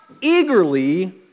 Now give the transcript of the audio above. eagerly